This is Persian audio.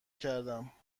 کردم